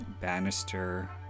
banister